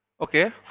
okay